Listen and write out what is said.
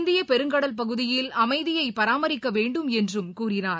இந்தியபெருங்கடல் பகுதியில் அமைதியைபராமரிக்கவேண்டும் என்றும் கூறினார்